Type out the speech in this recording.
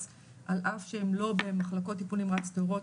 על אף שהן לא במחלקות טיפול נמרץ טהורות,